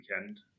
weekend